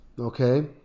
Okay